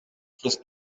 fürs